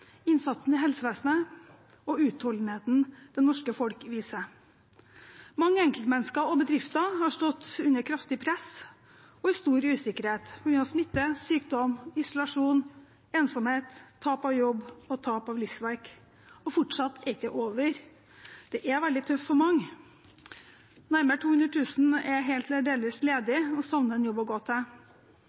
innsatsen i helsevesenet og utholdenheten det norske folk viser. Mange enkeltmennesker og bedrifter har stått under kraftig press og i stor usikkerhet på grunn av smitte, sykdom, isolasjon, ensomhet, tap av jobb og tap av livsverk, og fortsatt er det ikke over. Det er veldig tøft for mange. Nærmere 200 000 er helt eller delvis ledige og savner en jobb å gå til.